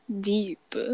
deep